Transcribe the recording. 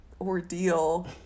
ordeal